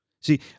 See